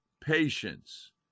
patience